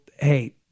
hey